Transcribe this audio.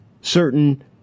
certain